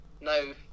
No